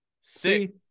six